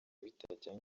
bitajyanye